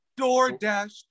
DoorDash